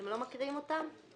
אתם לא מקריאים אותם?